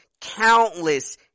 countless